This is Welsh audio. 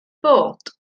bod